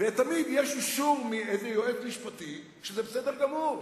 תמיד יש אישור מאיזה יועץ משפטי שזה בסדר גמור.